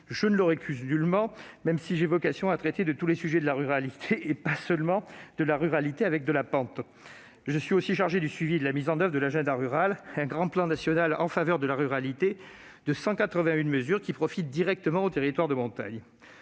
Je ne récuse nullement cette qualité, même si j'ai vocation à traiter tous les sujets de la ruralité et pas seulement ceux où il y a « de la pente »! Je suis aussi chargé de suivre la mise en oeuvre de l'agenda rural, ce grand plan national en faveur de la ruralité, dont les 181 mesures profitent directement aux territoires de montagne.